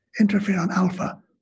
interferon-alpha